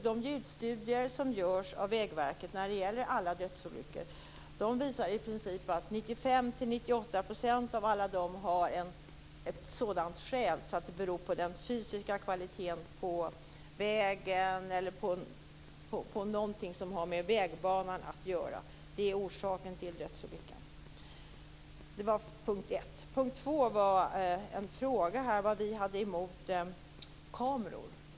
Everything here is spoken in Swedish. De djupstudier som görs av Vägverket när det gäller dödsolyckor visar att 95-98 % beror på kvaliteten på vägen eller något som har med vägbanan att göra. Det är orsaken till dödsolyckan. Detta var punkt 1. Punkt 2 var en fråga om vad vi har emot kameror.